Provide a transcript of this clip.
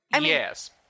Yes